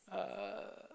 uh